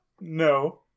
No